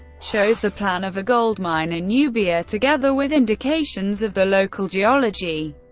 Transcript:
shows the plan of a gold mine in nubia together with indications of the local geology.